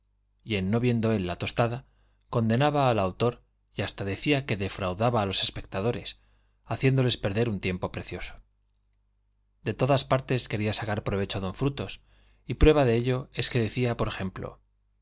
y en no viendo él la tostada condenaba al autor y hasta decía que defraudaba a los espectadores haciéndoles perder un tiempo precioso de todas partes quería sacar provecho don frutos y prueba de ello es que decía por ejemplo